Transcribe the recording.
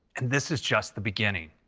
and this is just the beginning.